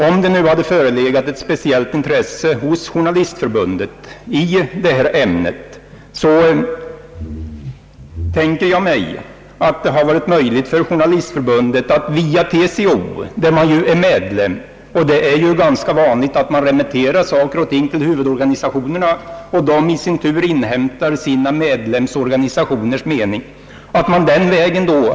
Om det nu hade förelegat ett speciellt intresse hos Journalistförbundet i det här ämnet, tänker jag mig att det hade varit möjligt för förbundet att framföra sina synpunkter via TCO, där ju förbundet är medlem. Det är ganska vanligt att ärenden remitteras till huvud Organisationerna, som i sin tur inhämtar sina medlemsorganisationers mening.